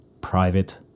private